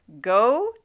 go